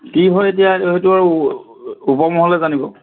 কি হয় এতিয়া এইটো ওপৰ মহলে জানিব